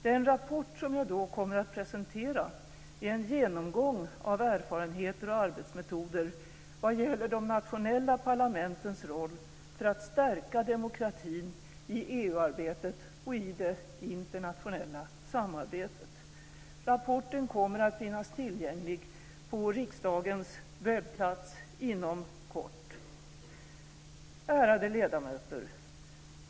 Den rapport som jag då kommer att presentera är en genomgång av erfarenheter och arbetsmetoder vad gäller de nationella parlamentens roll för att stärka demokratin i EU-arbetet och i det internationella samarbetet. Rapporten kommer att finnas tillgänglig på riksdagens webbplats inom kort. Ärade ledamöter!